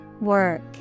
Work